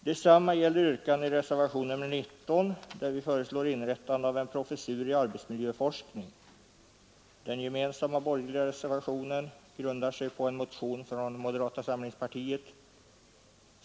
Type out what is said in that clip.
Detsamma gäller yrkandet i reservation nr 19, där vi föreslår inrättande av en professur i arbetsmiljöforskning. Den gemensamma borgerliga reservationen grundar sig på en motion från moderata samlingspartiet.